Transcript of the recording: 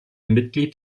mitglied